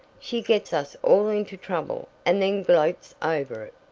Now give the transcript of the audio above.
she gets us all into trouble, and then gloats over it.